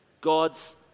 God's